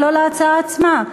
ולא להצעה עצמה.